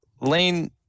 Lane